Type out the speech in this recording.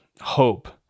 hope